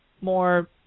more